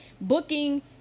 booking